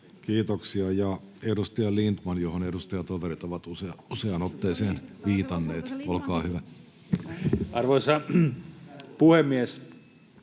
Kiitoksia. — Ja edustaja Lindtman, johon edustajatoverit ovat useaan otteeseen viitanneet. Olkaa hyvä. [Speech